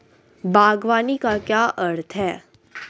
बागवानी का क्या अर्थ है?